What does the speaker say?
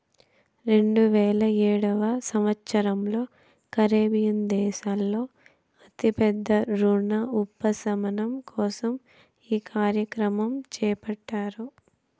రెండువేల ఏడవ సంవచ్చరంలో కరేబియన్ దేశాల్లో అతి పెద్ద రుణ ఉపశమనం కోసం ఈ కార్యక్రమం చేపట్టారు